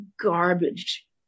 garbage